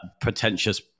pretentious